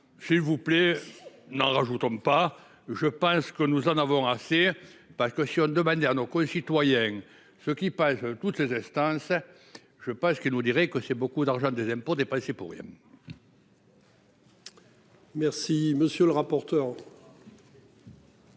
s'il vous plaît, n'en rajoutons pas. Je pense que nous en avons assez pas caution demander à nos concitoyens, ceux qui page toutes les instances. Je pas ce que nous dirait que c'est beaucoup d'argent des impôts pour rien. Merci monsieur le rapporteur.